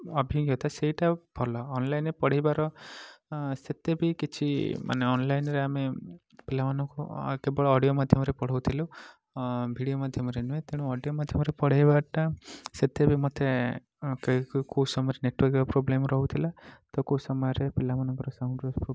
ଅଭିଜ୍ଞତା ସେଇଟା ଭଲ ଅନଲାଇନରେ ପଢ଼ାଇବାର ସେତେ ବି କିଛି ମାନେ ଅନଲାଇନରେ ଆମେ ପିଲାମାନଙ୍କୁ କେବଳ ଅଡିଓ ମାଧ୍ୟମରେ ପଢ଼ାଉଥିଲୁ ଭିଡିଓ ମାଧ୍ୟମରେ ନୁହେଁ ତେଣୁ ଅଡିଓ ମାଧ୍ୟମରେ ପଢ଼ାଇବାଟା ସେତେ ବି ମୋତେ କେଉଁ ସମୟରେ ନେଟୱର୍କର ପ୍ରୋବ୍ଲେମ ରହୁଥିଲା ତ କେଉଁ ସମୟରେ ପିଲାମାନଙ୍କ ସାଉଣ୍ଡର